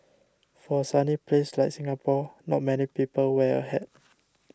for a sunny place like Singapore not many people wear a hat